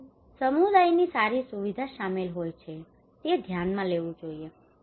જેથી સમુદાયની સારી સુવિધા શામેલ હોય તે ધ્યાનમાં લેવું જોઈએ